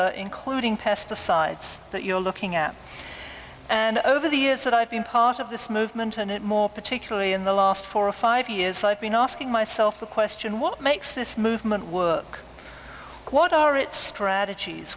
stress including pesticides that you're looking at and over the years that i've been part of this movement and it more particularly in the last four or five years i've been asking myself the question what makes this movement work what are its strategies